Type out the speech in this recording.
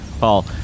Paul